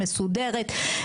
מסודרת.